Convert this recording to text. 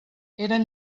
eren